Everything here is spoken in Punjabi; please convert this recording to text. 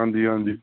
ਹਾਂਜੀ ਹਾਂਜੀ